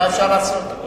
מה אפשר לעשות.